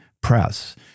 Press